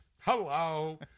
hello